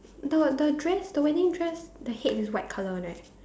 the the dress the wedding dress the head is white colour one right